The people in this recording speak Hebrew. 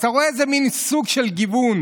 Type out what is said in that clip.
אז אתה רואה, זה מין סוג של גיוון.